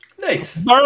nice